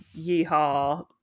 yeehaw